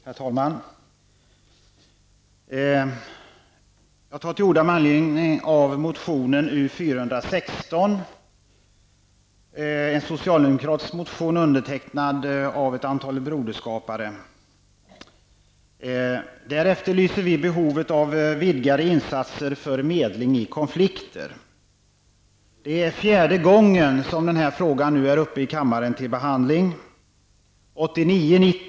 Herr talman! Jag tar till orda med anledning av motion U416. Det är en socialdemokratisk motion undertecknad av ett antal broderskapare. I denna motion efterlyser vi vidgade insatser för medling i konflikter. Denna fråga är nu uppe i kammaren till behandling för fjärde gången.